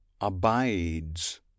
abides